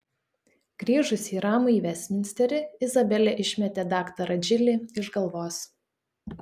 grįžusi į ramųjį vestminsterį izabelė išmetė daktarą džilį iš galvos